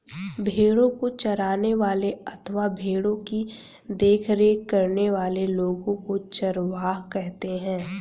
भेड़ों को चराने वाले अथवा भेड़ों की देखरेख करने वाले लोगों को चरवाहा कहते हैं